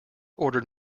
ordered